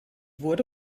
wurde